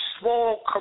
small